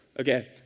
Okay